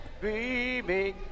beaming